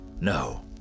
no